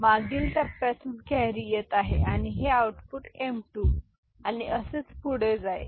मागील टप्प्यातून कॅरी येत आहे आणि हे आऊटपुट m2 आणि असेच पुढे जाईल